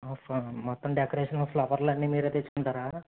మొత్తం డెకరేషన్ ఫ్లవర్లు అన్నీ మీరు తెచ్చుకుంటారా